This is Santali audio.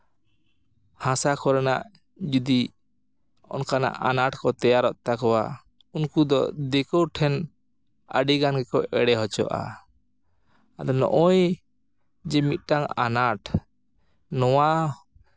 ᱦᱟᱥᱟ ᱠᱚᱨᱮᱱᱟᱜ ᱡᱩᱫᱤ ᱚᱱᱠᱟᱱᱟᱜ ᱟᱱᱟᱴ ᱠᱚ ᱛᱮᱭᱟᱨᱚᱜ ᱛᱟᱠᱚᱣᱟ ᱩᱱᱠᱩ ᱫᱚ ᱫᱤᱠᱩ ᱴᱷᱮᱱ ᱟᱹᱰᱤ ᱜᱟᱱ ᱜᱮᱠᱚ ᱮᱲᱮ ᱦᱚᱪᱚᱜᱼᱟ ᱟᱫᱚ ᱱᱚᱜᱼᱚᱭ ᱡᱮ ᱢᱤᱫᱴᱟᱝ ᱟᱱᱟᱴ ᱱᱚᱣᱟ